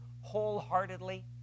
wholeheartedly